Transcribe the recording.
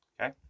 okay